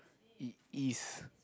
it is